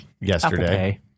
yesterday